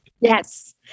Yes